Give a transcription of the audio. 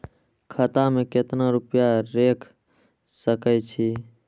खाता में केतना रूपया रैख सके छी?